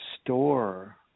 store